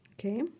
Okay